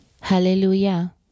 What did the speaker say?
Hallelujah